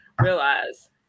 realize